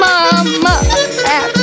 Mama